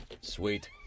Sweet